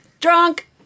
Drunk